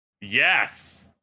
Yes